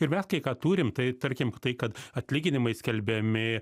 ir mes kai ką turim tai tarkim tai kad atlyginimai skelbiami